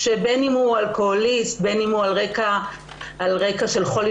בין אם הוא אלכוהוליסט או בין אם רקע של חולי